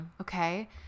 Okay